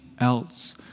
else